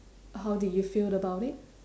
how did you feel about it